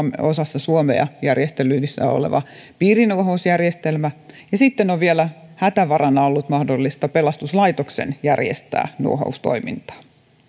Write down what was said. osassa suomea järjestelyissä on piirinuohousjärjestelmä ja sitten on vielä hätävarana ollut mahdollista pelastuslaitoksen järjestää nuohoustoimintaa